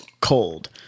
cold